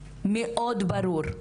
מאוד ברור,